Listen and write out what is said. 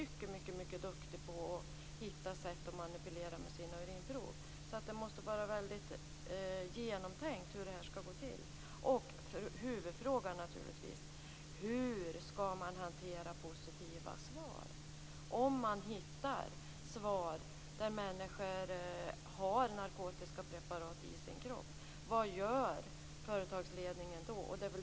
Det hela måste vara väl genomtänkt. Huvudfrågan är naturligtvis hur positiva svar skall hanteras. Om det finns svar som visar att människor använder narkotiska preparat, vad gör företagsledningen då?